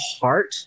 heart